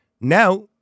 Now